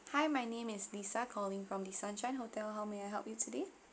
hi my name is lisa calling from the sunshine hotel how may I help you today